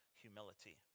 humility